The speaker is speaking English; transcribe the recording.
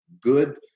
good